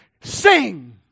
sing